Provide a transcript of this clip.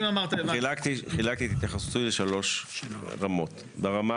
חילקתי את ההתייחסות לשלוש רמות: ברמה